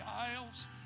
aisles